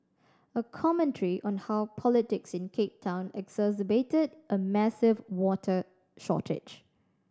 a commentary on how politics in Cape Town exacerbated a massive water shortage